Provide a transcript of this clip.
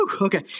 Okay